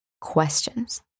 questions